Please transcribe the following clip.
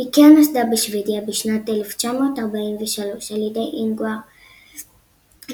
איקאה נוסדה בשוודיה בשנת 1943 על ידי אינגוואר קמפראד,